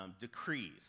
decrees